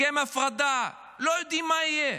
הסכם ההפרדה, לא יודעים מה יהיה.